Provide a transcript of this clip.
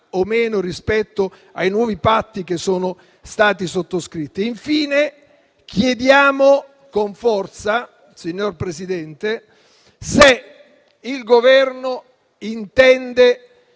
meno rispetto ai nuovi patti che sono stati sottoscritti. Infine chiediamo con forza, signor Presidente, al Governo se intende